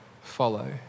Follow